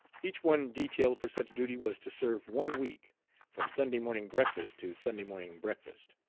each one detailed for such duty was to serve one week from sunday morning breakfast to sunday morning breakfast.